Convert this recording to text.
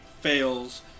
fails